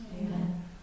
amen